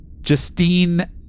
Justine